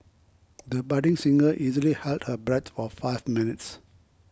the budding singer easily held her breath for five minutes